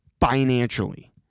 financially